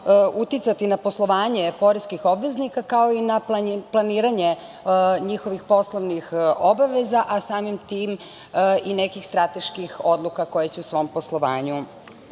uticati na poslovanje poreskih obveznika, kao i na planiranje njihovih poslovnih obaveza, a samim tim i nekih strateških odluka koje će u svom poslovanju